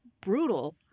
brutal